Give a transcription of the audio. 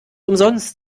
umsonst